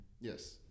Yes